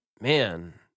man